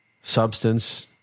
substance